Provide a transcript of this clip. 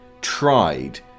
tried